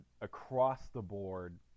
across-the-board